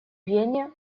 вене